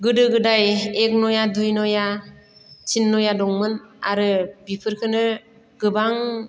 गोदो गोदाय एक नया दुइ नया थिन नया दंमोन आरो बिफोरखोनो गोबां